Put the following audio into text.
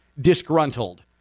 disgruntled